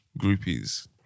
groupies